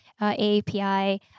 AAPI